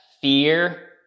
fear